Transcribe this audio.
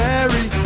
Mary